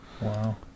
Wow